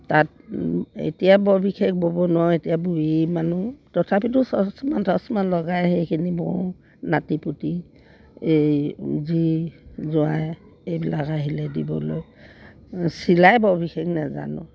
তাঁত এতিয়া বৰ বিশেষ ব'ব নোৱাৰো এতিয়া বুঢ়ী মানুহ তথাপিতো চচমা তচমা লগাই সেইখিনি বওঁ নাতিপুতি এই জী জোঁৱাই এইবিলাক আহিলে দিবলৈ চিলাই বৰ বিশেষ নেজানো